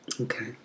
Okay